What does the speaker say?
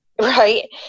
right